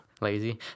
Lazy